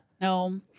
No